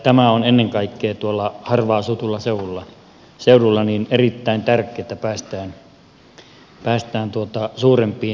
tämä on ennen kaikkea harvaan asutulla seudulla erittäin tärkeää että päästään suurempiin nopeuksiin